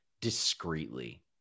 discreetly